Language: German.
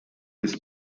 des